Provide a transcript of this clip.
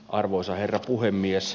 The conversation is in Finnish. arvoisa herra puhemies